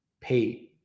pay